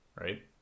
right